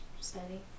steady